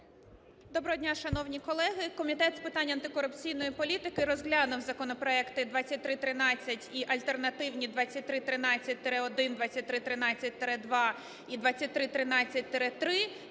Доброго дня, шановні колеги! Комітет з питань антикорупційної політики розглянув законопроект 2313 і альтернативні 2313-1, 2313-2 і 2313-3